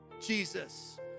Jesus